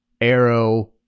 Arrow